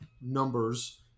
numbers